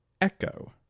ECHO